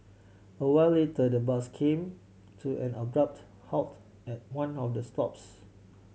a while later the bus came to an abrupt halt at one of the stops